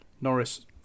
Norris